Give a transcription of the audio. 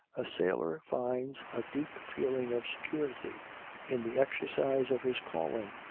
a sailor finds a deep feeling of security in the exercise of his calling.